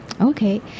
okay